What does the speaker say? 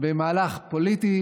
במהלך פוליטי